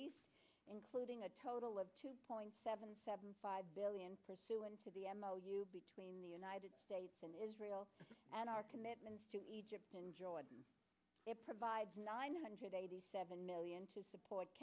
east including a total of two point seven seven five billion pursuant to the m o u between the united states and israel and our commitments to egypt and jordan it provides nine hundred eighty seven million to support